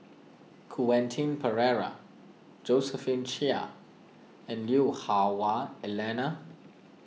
Quentin Pereira Josephine Chia and Lui Hah Wah Elena